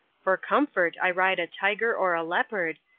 for comfort i ride a tiger or a leopard,